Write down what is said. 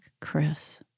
Chris